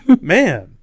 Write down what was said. Man